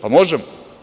Pa možemo.